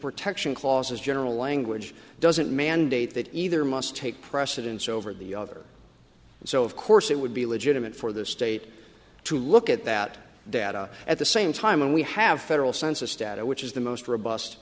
protection clause is general language doesn't mandate that either must take precedence over the other so of course it would be legitimate for the state to look at that data at the same time and we have federal census data which is the most robust